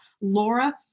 Laura